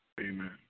Amen